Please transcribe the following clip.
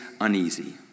uneasy